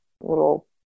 little